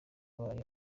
bayo